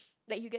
like you get